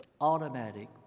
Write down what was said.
automatic